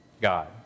God